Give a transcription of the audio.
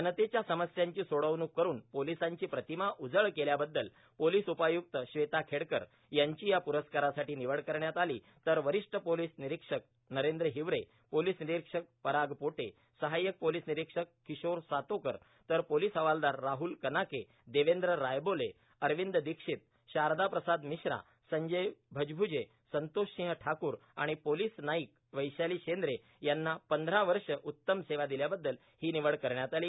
जनतेच्या समस्यांची सोडवणूक करून पोलिसांची प्रतिमा उजळ केल्याबद्दल पोलीस उपायुक्त श्वेता खेडकर यांची या प्रस्कारासाठी निवड करण्यात आली तर वरिष्ठ पोलिस निरीक्षक नरेंद्र हिवरे पोलिस निरीक्षक पराग पोटे सहायक पोलीस निरीक्षक किशोर सातोकर तर पोलीस हवालदार राहुल कनाके देवेंद्र रायबोले अरविंद दीक्षित शारदाप्रसाद मिश्रा संजय भजभ्रजे संतोष सिंह ठाकूर आणि पोलीस नायिक वैशाली शेंद्रे यांना पंधरा वर्ष उत्तम सेवा दिल्याबद्दल ही निवड करण्यात आली